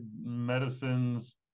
Medicines